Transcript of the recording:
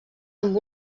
amb